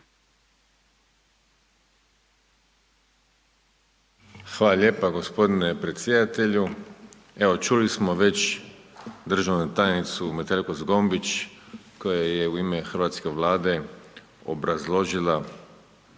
Hvala lijepa g. predsjedatelju. Evo, čuli smo već državnu tajnicu Metelko-Zgombić koja je u ime hrvatske Vlade obrazložila